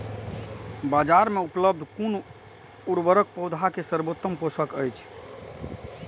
बाजार में उपलब्ध कुन उर्वरक पौधा के सर्वोत्तम पोषक अछि?